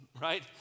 right